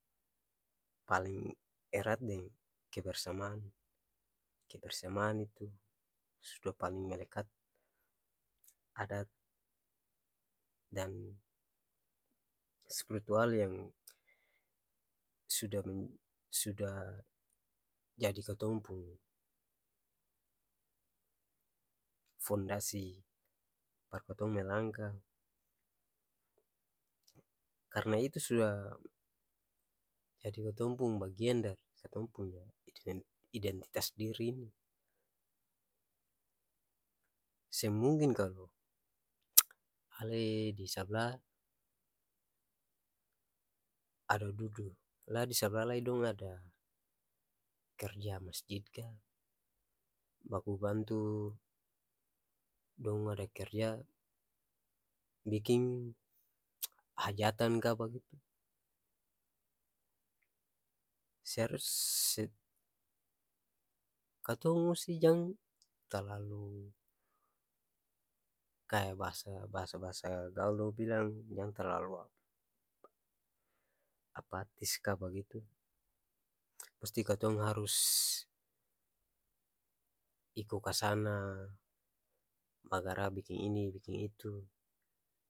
Paling erat deng kebersamaan, kebersamaan itu suda paling melekat adat dan spritual yang suda-suda jadi katong pung fondasi buat katong melangka, karna itu suda jadi katong pung bagian dari katong punya iden- identitas diri ini, seng mungkin kalu ale di sabla ada dudu lai disabla lai dong ada kerja masjid ka baku bantu dong ada kerja biking hajatan ka bagitu seharus katong musti jang talalu kaya bahasa bahasa-bahasa gaul dong bilang jang talalu apatis ka bagitu, musti katong harus iko kasana bagara biking ini, biking itu.